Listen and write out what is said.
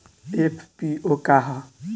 FPO का ह?